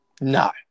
No